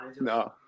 no